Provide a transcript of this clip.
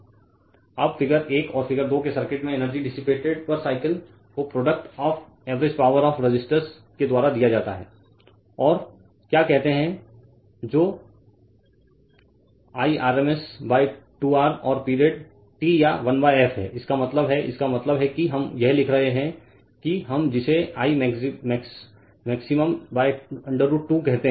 Refer Slide Time 1339 अब figure 1 और figure 2 के सर्किट में एनर्जी डिसिपाटेड पर साइकिल को product of average power of resistors के द्वारा दिया जाता है और क्या कहते है जो I rms2r और पीरियड T या 1 f है इसका मतलब है इसका मतलब है कि हम यह लिख रहे हैं कि हम जिसे I max √2 कहते हैं